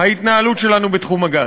ההתנהלות שלנו בתחום הגז.